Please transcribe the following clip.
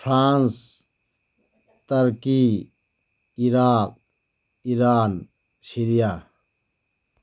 France turkey Iraq Iran Syria